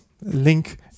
link